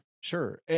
Sure